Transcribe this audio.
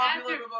popular